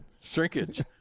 Shrinkage